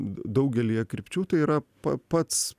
daugelyje krypčių tai yra pa pats